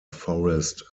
forest